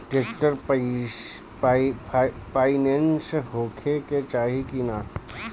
Tractor पाईनेस होखे के चाही कि ना?